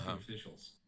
officials